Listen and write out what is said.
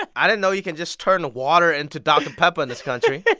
i didn't know you can just turn water into dr. pepper in this country.